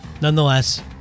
nonetheless